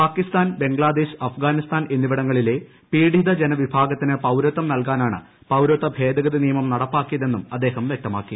പാകിസ്ഥാൻ ബംഗ്ലാദേശ് അഫ്ഗാനിസ്ഥാൻ എന്നിവിടങ്ങളിലെ പീഡിത ജനവിഭാഗത്തിന് പൌരത്വം നൽകാനാണ് പൌരത്വ ഭേദഗതി നിയമം നടപ്പാക്കിയതെന്നും അദ്ദേഹം വൃക്തമാക്കി